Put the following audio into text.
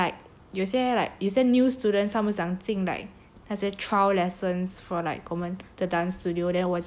有些 like 有些 new students 他们想近 like 那些 trial lessons for like 我们 the dance studio then 我就可以去 like